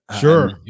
Sure